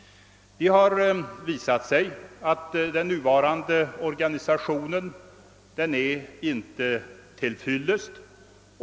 Det har visat sig att den nuvarande organisationen inte är till fyllest.